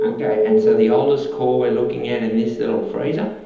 okay, and so the oldest core we're looking at in this little freezer?